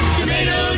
Tomato